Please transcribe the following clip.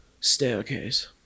staircase